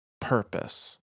purpose